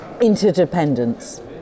interdependence